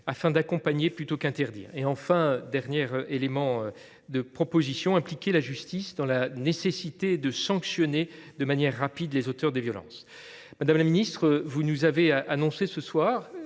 et d’accompagner plutôt qu’interdire. Enfin, il est impératif d’impliquer la justice dans la nécessité de sanctionner de manière rapide les auteurs de violences. Madame la ministre, vous nous avez annoncé ce soir,